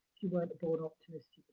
you weren't a born optimist,